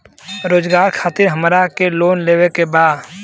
रोजगार खातीर हमरा के लोन लेवे के बा?